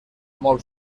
molt